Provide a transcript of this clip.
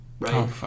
Right